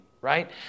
right